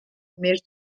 més